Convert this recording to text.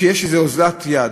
שיש איזו אוזלת יד,